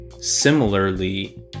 similarly